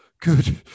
Good